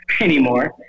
anymore